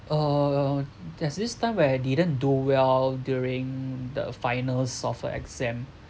uh there's this time when I didn't do well during the finals of a exam